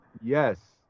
Yes